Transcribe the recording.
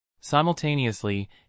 Simultaneously